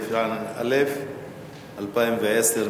התשע"א 2010,